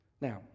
Now